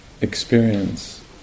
experience